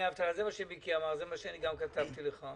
זה מה שמיקי אמר, זה גם מה שאני כתבתי לך.